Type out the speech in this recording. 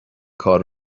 کار